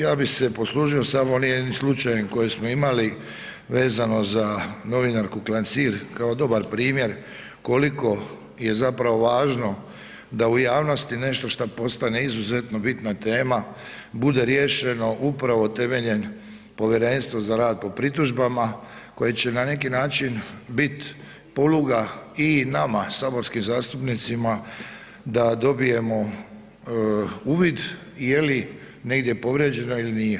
Ja bi se poslužio samo onim jednim slučajem koji smo imali vezano za novinarku Klancir kao dobar primjer koliko je zapravo važno da u javnosti nešto šta postane izuzetno bitna tema bude riješeno upravo temeljem povjerenstva za rad po pritužbama koje će na neki način bit poluga i nama saborskim zastupnicima da dobijemo uvid je li negdje povrijeđena ili nije.